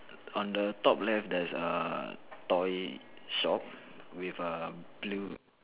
on on the top left there is a toy shop with a blue